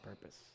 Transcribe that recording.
purpose